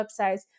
websites